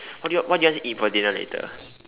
what do you what do you want to eat for dinner later